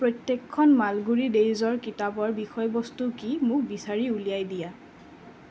প্ৰত্যেকখন মালগুড়ী ডেইজৰ কিতাপৰ বিষয়বস্তু কি মোক বিচাৰি উলিয়াই দিয়া